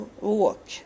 walk